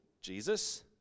Jesus